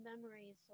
memories